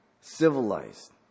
civilized